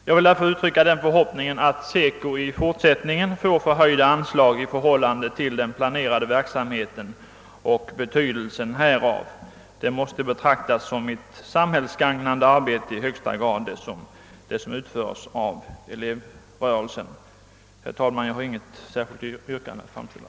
Jag vill därför uttrycka den förhoppningen att SECO i fortsättningen får förhöjda anslag i förhållande till den planerade verksamheten och den betydelse denna har. Det arbete som utföres av elevrörelsen måste betraktas som samhällsgagnande i högsta grad.